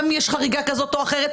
גם אם יש חריגה כזאת או אחרת.